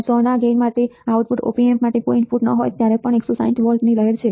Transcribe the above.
100 ના ગેઈન માટે output op amp માટે કોઈ ઇનપુટ ન હોય ત્યારે પણ 160 V ની લહેર હશે